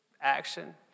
action